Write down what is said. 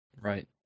right